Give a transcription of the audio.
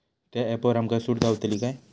त्या ऍपवर आमका सूट गावतली काय?